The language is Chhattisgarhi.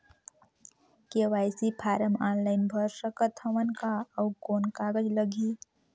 के.वाई.सी फारम ऑनलाइन भर सकत हवं का? अउ कौन कागज लगही?